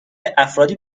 افرادی